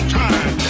time